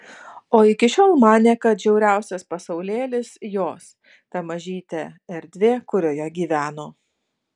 o iki šiol manė kad žiauriausias pasaulėlis jos ta mažytė erdvė kurioje gyveno